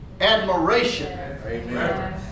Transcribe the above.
admiration